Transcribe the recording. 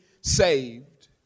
saved